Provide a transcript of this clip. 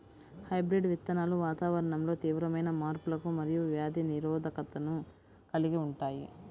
hybrid విత్తనాలు వాతావరణంలో తీవ్రమైన మార్పులకు మరియు వ్యాధి నిరోధకతను కలిగి ఉంటాయి